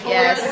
Yes